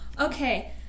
Okay